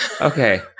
Okay